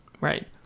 Right